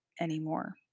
anymore